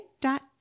dot